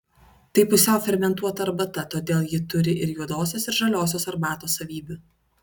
tai pusiau fermentuota arbata todėl ji turi ir juodosios ir žaliosios arbatos savybių